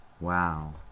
Wow